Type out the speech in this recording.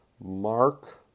Mark